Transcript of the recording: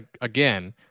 again